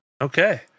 Okay